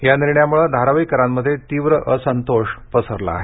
या निर्णयामुळे धारावीकरांमध्ये तीव्र असंतोष पसरला आहे